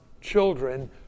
children